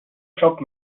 glaubt